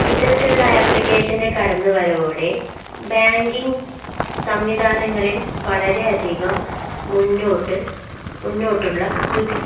ഇത്തരത്തിലുള്ള ആപ്ലിക്കേഷന്റെ കടന്നു വരവോടെ ബാങ്കിങ് സംവിധാനങ്ങളിൽ വളരെയധികം മുന്നോട്ട് മുന്നോട്ടുള്ള